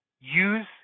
Use